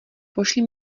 pošli